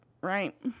right